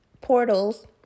portals